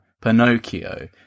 pinocchio